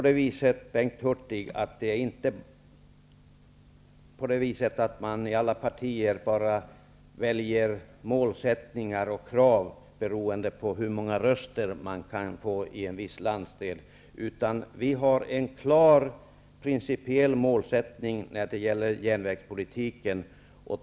Det inte är så att alla partier väljer målsättningar och krav beroende på hur många röster man kan få i en viss landsdel. Vi har en klar principiell målsättning i järnvägspolitiken.